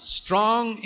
strong